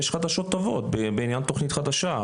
יש חדשות טובות בעניין תכנית חדשה.